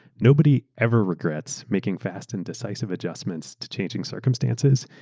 nobody ever regrets making fast, and decisive adjustments to changing circumstances.